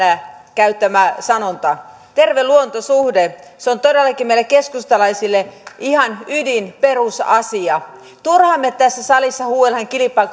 käyttämä sanonta terve luontosuhde on todellakin meille keskustalaisille ihan ydin perusasia turhaan me tässä salissa huutelemme kilpaa